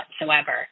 whatsoever